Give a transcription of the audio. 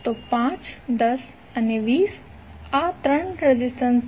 તો 5 10 અને 20 આ 3 રેઝિસ્ટન્સ છે